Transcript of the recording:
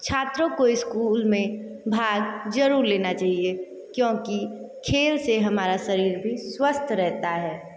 छात्रों को स्कूल में भाग ज़रूर लेना चाहिए क्योंकि खेल से हमारा शरीर भी स्वस्थ रहता है